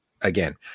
again